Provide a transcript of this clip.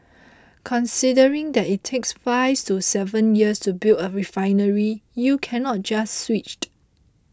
considering that it takes five to seven years to build a refinery you cannot just switched